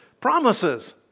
promises